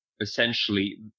essentially